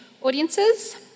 audiences